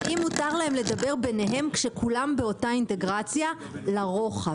האם מותר להם לדבר ביניהם כשכולם באותה אינטגרציה לרוחב?